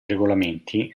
regolamenti